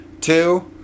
Two